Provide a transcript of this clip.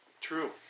True